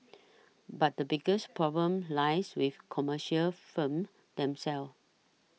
but the biggest problem lies with commercial firms themselves